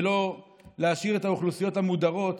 ולא להשאיר את האוכלוסיות המודרות